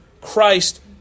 Christ